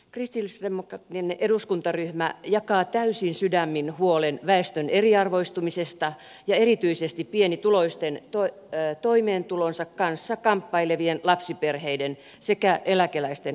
kristillisdemokraattinen eduskuntaryhmä jakaa täysin sydämin huolen väestön eriarvoistumisesta ja erityisesti pienituloisten toimeentulonsa kanssa kamppailevien lapsiperheiden sekä eläkeläisten asemasta